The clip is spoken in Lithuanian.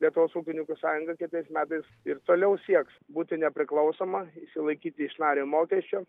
lietuvos ūkininkų sąjunga kitais metais ir toliau sieks būti nepriklausoma išsilaikyti iš nario mokesčio